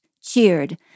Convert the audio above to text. cheered